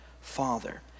Father